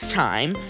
time